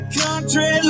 country